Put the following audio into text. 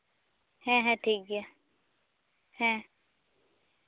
ᱦᱮᱸ ᱦᱮᱸ ᱴᱷᱤᱠᱜᱮᱭᱟ ᱦᱮᱸ